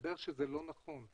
הסתבר שזה לא נכון.